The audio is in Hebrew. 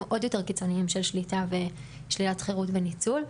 עוד יותר קיצוניים של שליטה ושלילת חירות וניצול.